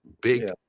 big